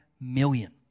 million